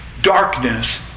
darkness